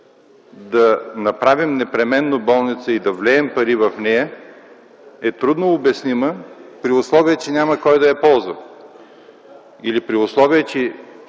да направим непременно болница и да влеем пари в нея е трудно обяснима при условие, че няма кой да я ползва, или при условие, че